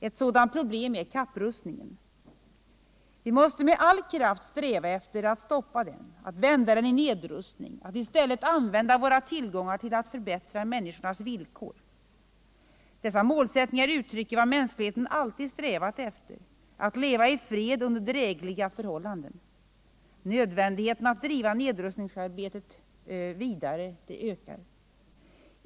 Ett sådant problem är kapprustningen. Vi måste med all kraft sträva efter att stoppa den, att vända den i nedrustning och i stället använda våra tillgångar till att förbättra människornas villkor. Dessa målsättningar uttrycker vad mänskligheten alltid strävat efter, att leva i fred under drägliga förhållanden. Nödvändigheten att driva nedrustningsarbetet vidare ökar.